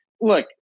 look